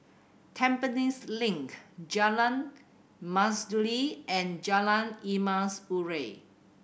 Tampines Link Jalan Mastuli and Jalan Emas Urai